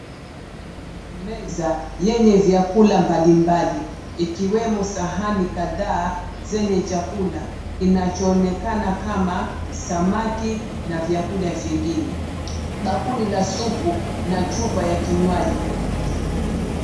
Meza yenye vyakula mbalimbali. Ikiwemo sahani kadhaa zenye chakula kinachoonekana kama samaki na vyakula vingine. Bakuli la supu na chupa ya kinywaji.